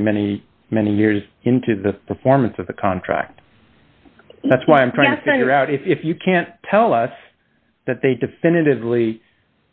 many many many years into the performance of the contract that's why i'm trying to figure out if you can't tell us that they definitively